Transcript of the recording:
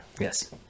yes